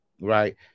right